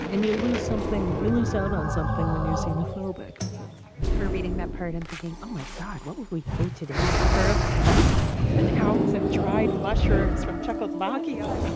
and you'll lose something. you lose out on something when you xenophobic i remember reading that part and thinking, oh, my god, what would we pay today for an ounce of dried mushrooms from czechoslovakia?